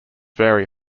vary